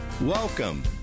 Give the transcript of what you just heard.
Welcome